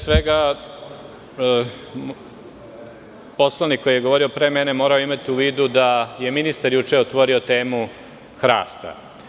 svega, poslanik koji je govorio pre mene, morao je imati u vidu da je ministar juče otvorio temu hrasta.